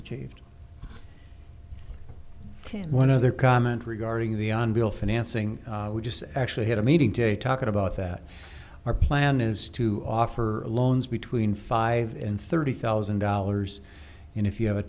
achieved one other comment regarding the on bill financing we just actually had a meeting today talking about that our plan is to offer loans between five and thirty thousand dollars and if you have a